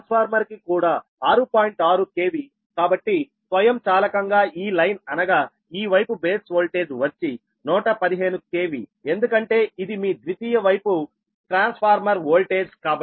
6 KVకాబట్టి స్వయంచాలకంగా ఈ లైన్ అనగా ఈ వైపు బేస్ ఓల్టేజ్ వచ్చి 115 KV ఎందుకంటే ఇది మీ ద్వితీయ వైపు ట్రాన్స్ఫార్మర్ వోల్టేజ్ కాబట్టి